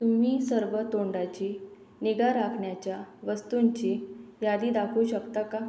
तुम्ही सर्व तोंडाची निगा राखण्याच्या वस्तूंची यादी दाखवू शकता का